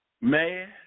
mad